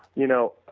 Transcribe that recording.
you know,